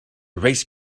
race